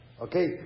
Okay